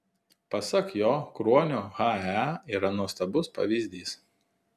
pasak jo kruonio hae yra nuostabus pavyzdys